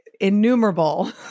innumerable